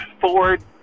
Ford